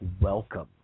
welcome